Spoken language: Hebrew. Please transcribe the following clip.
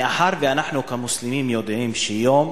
מאחר שאנחנו כמוסלמים יודעים, שביום